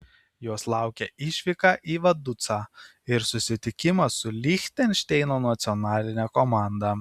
jos laukia išvyka į vaducą ir susitikimas su lichtenšteino nacionaline komanda